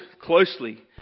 closely